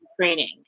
training